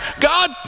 God